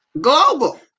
global